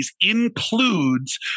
includes